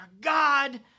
God